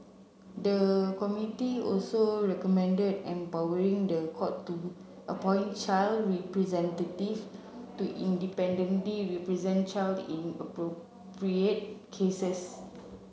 the committee also recommended empowering the court to appoint child representative to independently represent children in appropriate cases